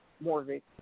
mortgage